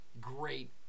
great